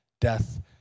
death